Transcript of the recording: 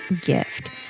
gift